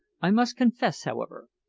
i must confess, however,